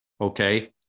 Okay